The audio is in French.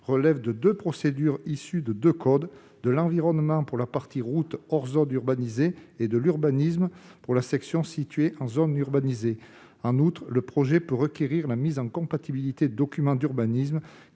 relève de deux procédures issues de deux codes : celui de l'environnement pour la partie route hors zone urbanisée, et celui de l'urbanisme pour la section située en zone urbanisée. En outre, le projet peut requérir la mise en compatibilité de documents d'urbanisme,